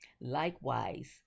Likewise